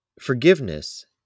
Forgiveness